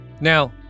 Now